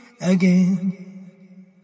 again